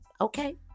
Okay